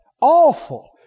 awful